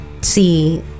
see